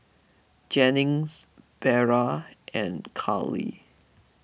Jennings Vera and Carly